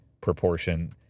proportion